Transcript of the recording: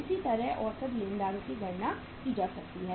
इसी तरह औसत लेनदारों की गणना की जा सकती है